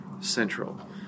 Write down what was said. central